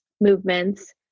movements